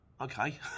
Okay